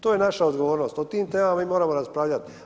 To je naša odgovornost, o tim temama mi moramo raspravljat.